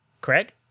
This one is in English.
Craig